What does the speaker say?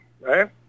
right